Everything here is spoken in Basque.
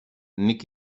nik